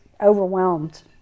overwhelmed